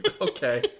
Okay